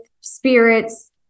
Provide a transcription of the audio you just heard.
spirits